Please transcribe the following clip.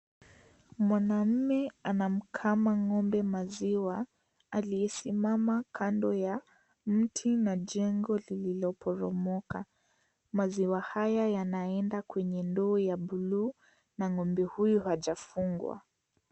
Mwanaume anamkama ng'ombe maziwa aliye simama kando ya mti na jengo lililoporomaka. Maziwa haya yanaenda kwenye ndoo ya buluu. Ng'ombe huyo hajafungwa.